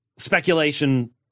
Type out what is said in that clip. speculation